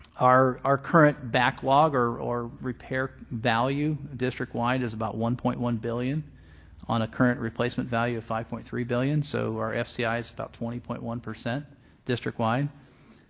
our our current backlog or or repair value district-wide is about one point one billion on a current replacement value of five point three billion. so our fci ah is about twenty point one percent district-wide.